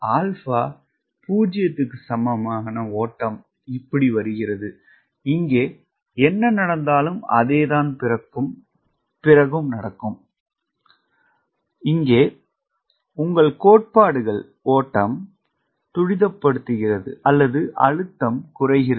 𝛼 0 ஓட்டம் இப்படி வருகிறது இங்கே என்ன நடந்தாலும் அதேதான் பிறகும் நடக்கும் இங்கே உங்கள் கோட்பாடுகள் ஓட்டம் துரிதப்படுத்துகிறது அல்லது அழுத்தம் குறைகிறது